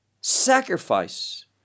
sacrifice